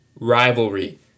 Rivalry